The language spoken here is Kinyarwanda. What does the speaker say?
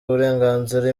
uburenganzira